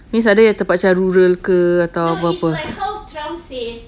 mean ada yang tempat rural ke